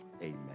amen